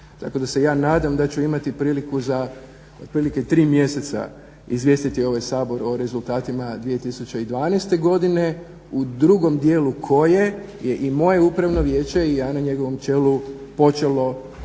Tako da se ja nadam da ću imati priliku za otprilike 3 mjeseca izvijestiti ovaj Sabor o rezultatima 2012. godine. u drugom dijelu koje je i moje Upravno vijeće i ja na njegovom čelu počelo djelovati